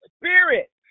spirit